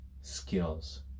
skills